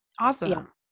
awesome